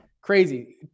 crazy